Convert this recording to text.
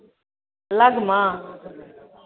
लगमा